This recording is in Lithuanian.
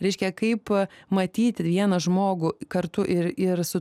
reiškia kaip matyti vieną žmogų kartu ir ir su